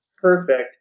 perfect